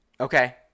okay